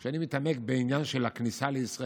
כשאני מתעמק בעניין של הכניסה לישראל,